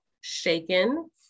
shaken